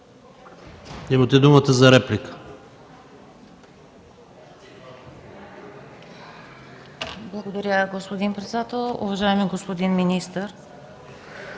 имате думата за реплика.